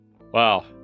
Wow